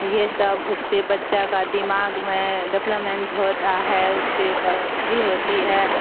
یہ سب اس سے بچہ کا دماغ میں ڈپلومنٹ ہوتا ہے اس سے بڑوھتری ہوتی ہے